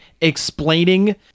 explaining